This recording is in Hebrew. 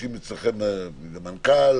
ושהמנכ"לים